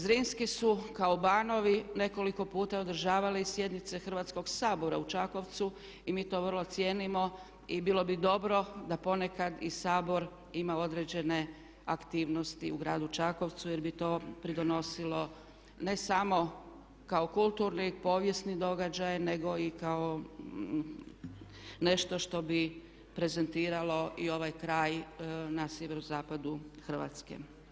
Zrinski su kao banovi nekoliko puta održavali sjednice Hrvatskoga sabora u Čakovcu i mi to vrlo cijenimo i bilo bi dobro da ponekad i Sabor ima određene aktivnosti u gradu Čakovcu jer bi to pridonosilo ne samo kao kulturni i povijesni događaj nego i kao nešto što bi prezentiralo i ovaj kraj na sjeverozapadu Hrvatske.